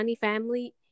family